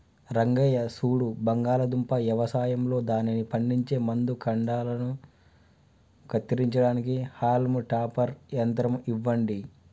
రంగయ్య సూడు బంగాళాదుంప యవసాయంలో దానిని పండించే ముందు కాండలను కత్తిరించడానికి హాల్మ్ టాపర్ యంత్రం ఇవ్వండి